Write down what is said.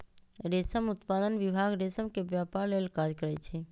रेशम उत्पादन विभाग रेशम के व्यपार लेल काज करै छइ